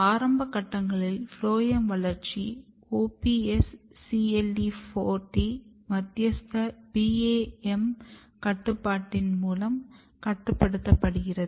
ஆரம்ப கட்டங்களில் ஃபுளோயம் வளர்ச்சி OPS CLE 40 மத்தியஸ்த BAM கட்டுப்பாட்டின் மூலம் கட்டுப்படுத்தப்படுகிறது